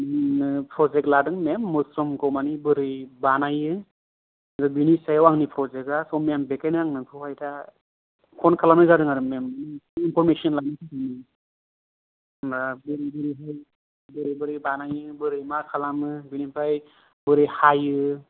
project लादों मेम मसरुमखौ माने बोरै बानायो बेनि सायाव आंनि प्रजेक्टआ थ' देखायनांगौखौहाय दा बिखायनो आं नोंखौ हाय दा फन खालामनाय जादों आरो मेम इनफरमेसन लानो बोरै बोरै खालामो बिनिफ्राय बोरै हायो